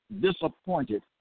disappointed